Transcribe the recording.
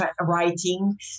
writing